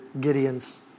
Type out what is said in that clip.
Gideon's